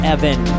Evan